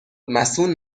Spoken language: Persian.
مصون